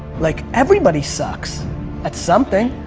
like everybody sucks at something,